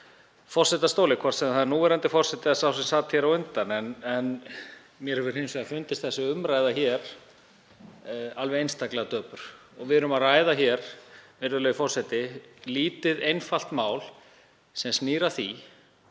hér í forsetastóli, hvort sem það er núverandi forseti eða sá sem sat hér á undan. Mér hefur hins vegar fundist þessi umræða alveg einstaklega döpur. Við erum að ræða hér, virðulegi forseti, lítið einfalt mál sem snýr að því